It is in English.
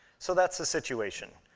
so that's the situation.